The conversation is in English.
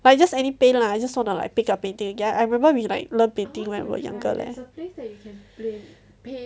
but it's just any paint lah I just wanna like pick up painting again I remember we like learn painting when we were younger leh